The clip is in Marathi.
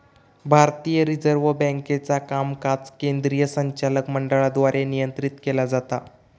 भारतीय रिझर्व्ह बँकेचा कामकाज केंद्रीय संचालक मंडळाद्वारे नियंत्रित केला जाता